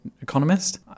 Economist